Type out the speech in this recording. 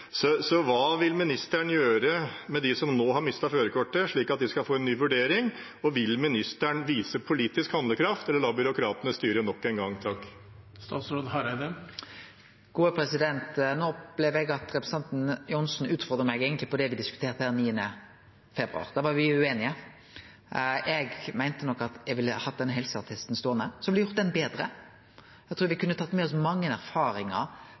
vil statsråden gjøre med dem som nå har mistet førerkortet, slik at de skal få en ny vurdering? Vil statsråden vise politisk handlekraft eller la byråkratene styre nok en gang? No opplever eg at representanten Johnsen utfordrar meg på det me diskuterte den 9. februar. Da var me ueinige. Eg meinte nok at eg ville la den helseattesten bli ståande og gjort han betre. Eg trur me kunne tatt med oss mange erfaringar